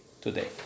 today